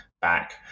back